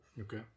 Okay